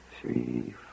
three